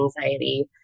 anxiety